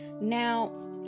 Now